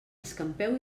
escampeu